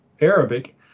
Arabic